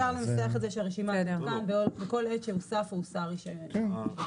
אפשר לנסח את זה שהרשימה תעודכן בכל עת שהוסף או הוסר רישיון.